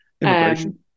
Immigration